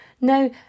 Now